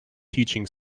teaching